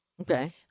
Okay